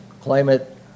climate